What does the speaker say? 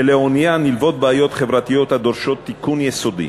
שלעונייה נלוות בעיות חברתיות הדורשות תיקון יסודי.